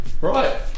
Right